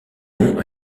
nom